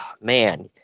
Man